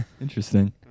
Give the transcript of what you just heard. interesting